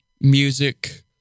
music